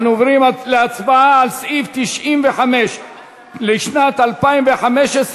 אנחנו עוברים להצבעה על סעיף 95 לשנת 2015,